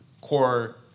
core